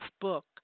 book